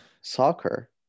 soccer